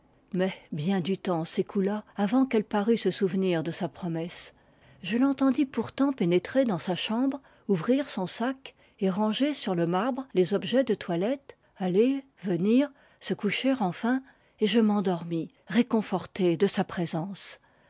mais bien du temps s'écoula avant qu'elle parût se souvenir de sa promesse je l'entendis pourtant pénétrer dans sa chambre ouvrir son sac et ranger sur le marbre les objets de toilette aller venir se coucher enfin et je m'endormis réconforté de sa présence